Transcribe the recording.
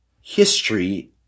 history